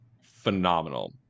phenomenal